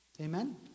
Amen